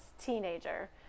teenager